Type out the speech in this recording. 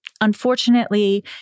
Unfortunately